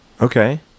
Okay